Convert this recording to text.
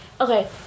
okay